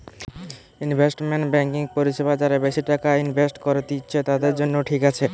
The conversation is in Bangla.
ইনভেস্টমেন্ট বেংকিং পরিষেবা যারা বেশি টাকা ইনভেস্ট করত্তিছে, তাদের জন্য ঠিক আছে